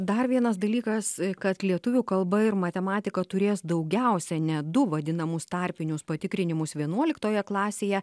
dar vienas dalykas kad lietuvių kalba ir matematika turės daugiausia net du vadinamus tarpinius patikrinimus vienuoliktoje klasėje